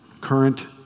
current